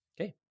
Okay